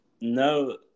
No